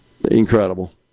Incredible